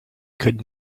could